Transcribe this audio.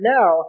now